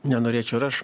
nenorėčiau ir aš